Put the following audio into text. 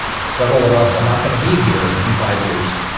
several of us are not going to be here in five years.